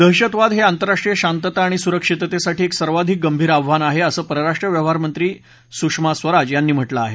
दहशतवाद हे आंतरराष्ट्रीय शांतता आणि सुरक्षिततेसाठी एक सर्वाधिक गंभीर आव्हान आहे असं परराष्ट्र व्यवहार मंत्री सुषमा स्वराज यांनी म्हटलं आहे